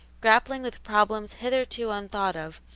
grappling with problems hitherto unthought of,